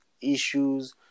issues